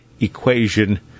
equation